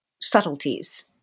subtleties